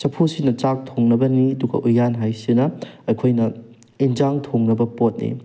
ꯆꯐꯨꯁꯤꯅ ꯆꯥꯛ ꯊꯣꯡꯅꯕꯅꯤ ꯑꯗꯨꯒ ꯎꯌꯥꯟ ꯍꯥꯏꯁꯤꯅ ꯑꯩꯈꯣꯏꯅ ꯑꯦꯟꯁꯥꯡ ꯊꯣꯡꯅꯕ ꯄꯣꯠꯅꯤ